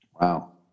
Wow